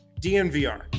DNVR